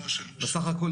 בסך הכול,